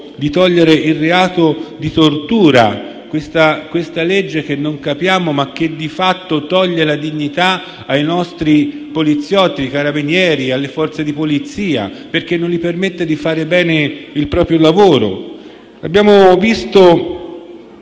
di eliminare il reato di tortura. Questa legge che non capiamo, ma che di fatto toglie la dignità ai nostri poliziotti e carabinieri, alle Forze di polizia, perché non gli permette di fare bene il proprio lavoro. Sono stati